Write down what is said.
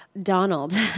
Donald